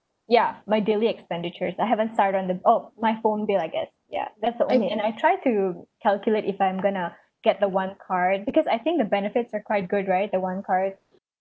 ya my daily expenditures I haven't start on the oh my phone bill I guess ya that's the only and I try to calculate if I'm gonna get the one card because I think the benefits are quite good right the one card